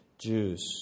Jews